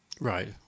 Right